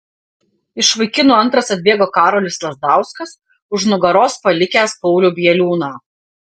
iš vaikinų antras atbėgo karolis lazdauskas už nugaros palikęs paulių bieliūną